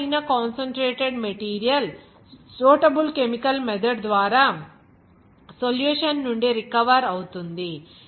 form ఐన concentrated material suitable chemical method ద్వారా solution నుండి రికవర్ అవుతుంది